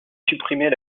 supprimer